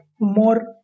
more